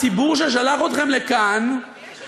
הציבור ששלח אתכם לכאן,